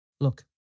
Look